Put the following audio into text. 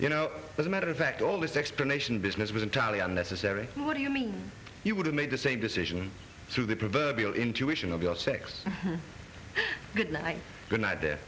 you know as a matter of fact all this explanation business was entirely unnecessary what do you mean you would have made the same decision through the proverbial intuition of your sex good night good night there